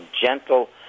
gentle